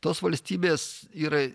tos valstybės yra